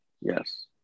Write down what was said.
Yes